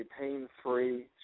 pain-free